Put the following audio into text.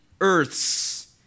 earths